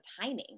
timing